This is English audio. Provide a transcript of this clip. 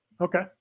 Okay